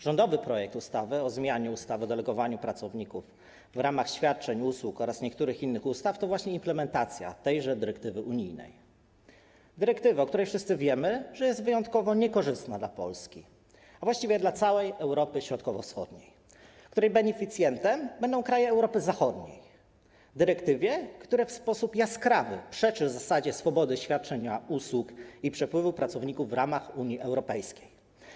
Rządowy projekt ustawy o zmianie ustawy o delegowaniu pracowników w ramach świadczenia usług oraz niektórych innych ustaw to właśnie implementacja tejże dyrektywy unijnej, dyrektywy, o której wszyscy wiemy, że jest wyjątkowo niekorzystna dla Polski, a właściwie dla całej Europy Środkowo-Wschodniej, której beneficjentem będą kraje Europy Zachodniej, dyrektywy, która w sposób jaskrawy przeczy zasadzie swobody świadczenia usług i przepływu pracowników w ramach Unii Europejskiej.